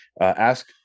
Ask